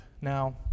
Now